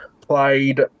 played –